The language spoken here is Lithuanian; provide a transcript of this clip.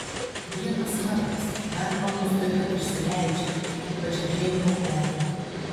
vienas vargas garbanos tuoj pat išsileidžia ypač drėgnu oru